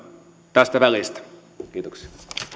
tästä välistä kiitoksia